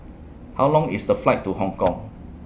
How Long IS The Flight to Hong Kong